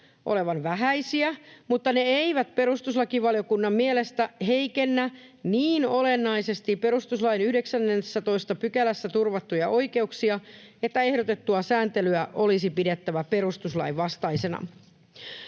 olevan vähäisiä, mutta ne eivät perustuslakivaliokunnan mielestä heikennä niin olennaisesti perustuslain 19 §:ssä turvattuja oikeuksia, että ehdotettua sääntelyä olisi pidettävä perustuslain vastaisena.